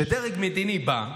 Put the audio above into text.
שדרג מדיני בא,